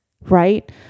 right